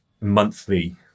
monthly